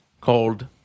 called